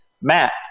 Matt